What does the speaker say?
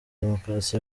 demokarasi